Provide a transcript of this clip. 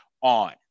on